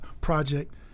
project